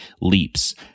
leaps